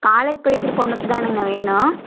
college படிக்கிற பொண்ணுக்குதானுங்க வேணும்